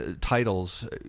titles